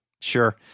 Sure